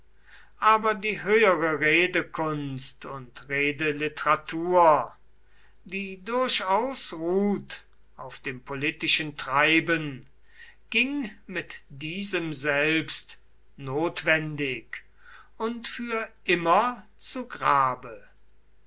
aber die höhere redekunst und redeliteratur die durchaus ruht auf dem politischen treiben ging mit diesem selbst notwendig und für immer zu grabe